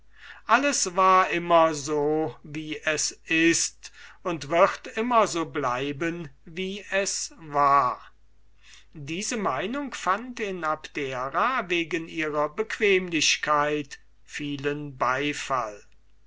alles war immer so wie es ist und wird immer so bleiben wie es war diese meinung fand in abdera wegen ihrer bequemlichkeit vielen beifall